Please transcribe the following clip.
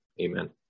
Amen